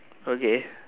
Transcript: okay